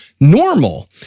normal